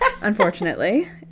unfortunately